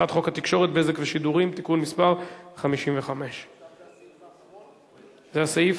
הצעת חוק התקשורת (בזק ושידורים) (תיקון מס' 55). עכשיו זה הסעיף